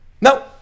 No